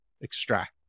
extract